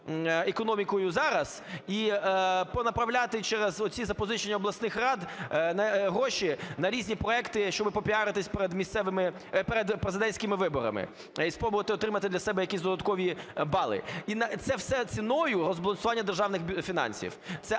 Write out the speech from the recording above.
економікою зараз. І понаправляти через оці запозичення обласних рад гроші на різні проекти, щоб попіаритись перед місцевими… перед президентськими виборами, і спробувати отримати для себе якісь додаткові бали. І це все ціною розбалансування державних фінансів.